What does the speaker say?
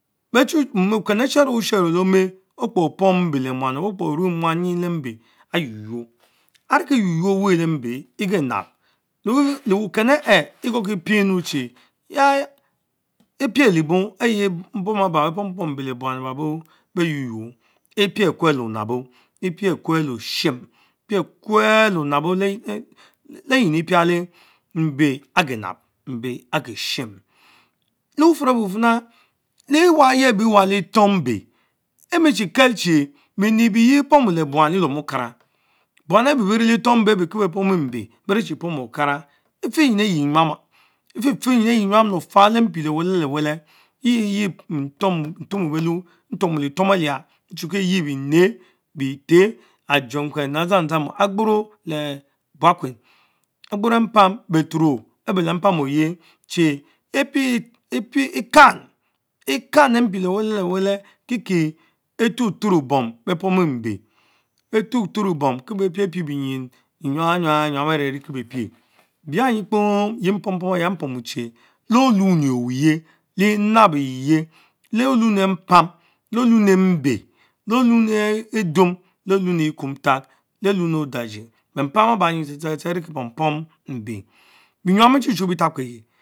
Behchu, uken ehh cherie Cherie le omeh okpe opom mbeleh mam muem owen Okpe orue muan nym leh mbe ayuò your anicki yuor your weh le mbe eger nab leh uken ehh ehh igorkiebienu chie ya epiele bong eyeh bom abgh be pom pom mbe le buan ebabo beynoyuo epie kulle Onabo epiekuel le epiekwel leh onabo le the myin epiale mbe agenab, agerima, le bufurr thh lou fina leawah ye bie leh etor mbe emiecine Kel. Chie bie bieyie be pomu le buam Le lelnom Okara, buana bel bene le etor mbe benne chie pom okara, efie nyim eyie nyam, efehfeh nym eque nyam loefa le mpile wele le wele yiyie ntumo belu intromuletuom eliah ntchukie eye bie neh, bieten, ajenkuen. Le adzandjamu, agboro le long- agboro empam beturo mpan oyee Chie kwen, ebeh le ekam, ekam le mpie le weleleweleh kikie, ethotoro bom beh pomu mbe, ethotoroh bom beh pie pie benyin enyam nyom avee enekil béy pie. bianyie kpo yie mpompom eya mpomuchie, les Ohmni owerien, leh enab eve, le oun ehh mpam le din e mbe, le lume idum, le lumii kumtak, le omni odajie bem pam ebah nyie tse tse tse erikie pom pom mbe bienyam bie chu chu bie tabkieye.